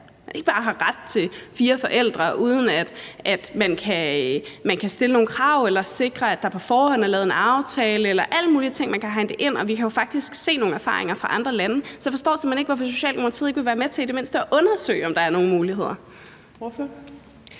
at man ikke bare har ret til fire forældre, uden at man kan stille nogen krav eller sikre, at der på forhånd er lavet en aftale, eller alle mulige ting. Man kan hegne det ind, og vi kan jo faktisk se nogle erfaringer fra andre lande, så jeg forstår simpelt hen ikke, hvorfor Socialdemokratiet ikke vil være med til i det mindste at undersøge, om der er nogle muligheder.